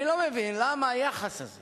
אני לא מבין למה היחס הזה